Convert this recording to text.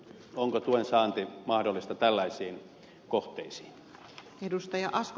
onko tuen saanti mahdollista tällaisiin arvoisa rouva puhemies